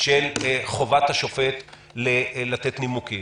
של חובת השופט לתת נימוקים.